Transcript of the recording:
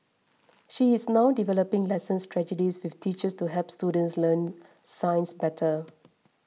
she is now developing lesson strategies with teachers to help students learn science better